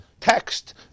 text